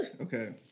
Okay